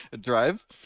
drive